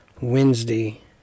Wednesday